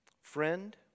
Friend